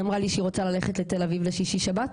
היא אמרה לי שהיא רוצה ללכת לתל-אביב לשישי שבת,